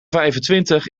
vijfentwintig